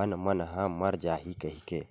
बन मन ह मर जाही कहिके